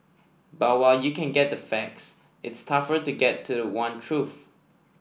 but while you can get the facts it's tougher to get to the one truth